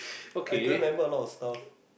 I couldn't remember a lot of stuff